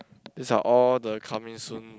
these are all the coming soon